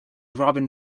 robin